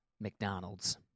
McDonald's